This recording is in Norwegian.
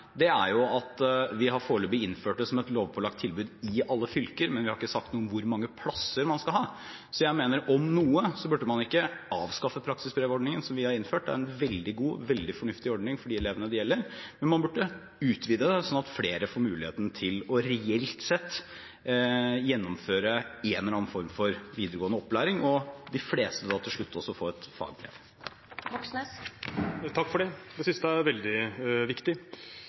er at vi foreløpig har innført det som et lovpålagt tilbud i alle fylker, men vi har ikke sagt noe om hvor mange plasser man skal ha. Jeg mener om noe burde man ikke avskaffe praksisbrevordningen som vi har innført – det er en veldig god, veldig fornuftig ordning for de elevene det gjelder – men man burde utvide den så flere får muligheten til reelt sett å gjennomføre en eller annen form for videregående opplæring, og at de fleste til slutt får et fagbrev. Det siste er veldig viktig.